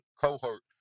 cohort